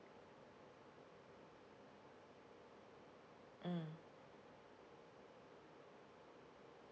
mm